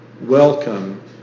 welcome